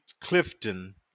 Clifton